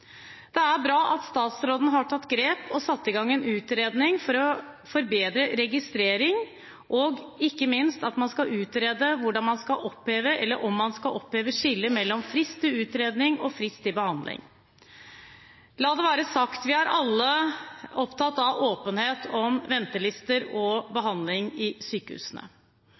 Det er bra at statsråden har tatt grep og har satt i gang en utredning for å forbedre registrering, og ikke minst at man skal utrede om man skal oppheve skillet mellom frist til utredning og frist til behandling. La det være sagt: Vi er alle opptatt av åpenhet om ventelister og behandling i sykehusene.